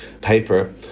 paper